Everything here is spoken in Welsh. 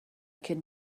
cyn